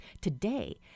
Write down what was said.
today